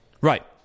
Right